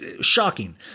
shocking